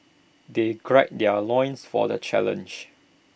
they gird their loins for the challenge